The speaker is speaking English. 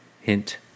hint